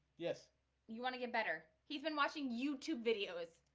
yes you want to get better? he's been watching youtube videos.